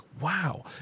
wow